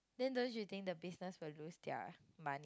then don't you think the business will lose their money